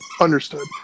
understood